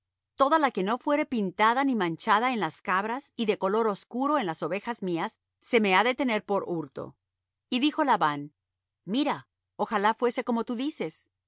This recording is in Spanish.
toda la que no fuere pintada ni manchada en las cabras y de color oscuro en las ovejas mías se me ha de tener por de hurto y dijo labán mira ojalá fuese como tú dices